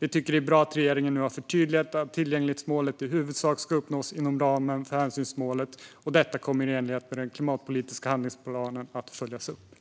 Vi tycker att det är bra att regeringen nu har förtydligat att tillgänglighetsmålet i huvudsak ska uppnås inom ramen för hänsynsmålet, och detta kommer i enlighet med den klimatpolitiska handlingsplanen att följas upp.